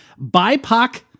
BIPOC